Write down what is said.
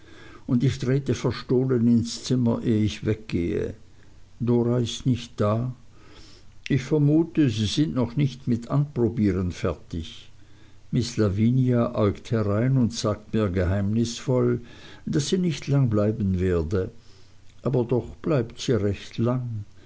und ich trete verstohlen ins zimmer ehe ich weggehe dora ist nicht da ich vermute sie sind noch nicht mit anprobieren fertig miß lavinia äugt herein und sagt mir geheimnisvoll daß sie nicht lang bleiben werde aber doch bleibt sie recht lang